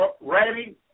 ready